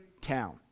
town